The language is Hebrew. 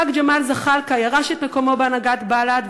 חה"כ ג'מאל זחאלקה ירש את מקומו בהנהגת בל"ד,